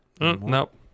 Nope